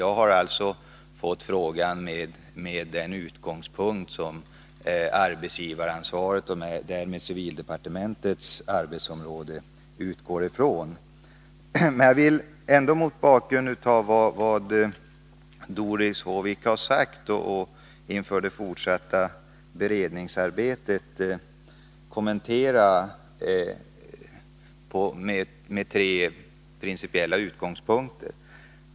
Jag har fått frågorna med utgångspunkt i att Jag vill ändå mot bakgrund av vad Doris Håvik sagt och inför det fortsatta — Fredagen den beredningsarbetet kommentera tre principiella frågor.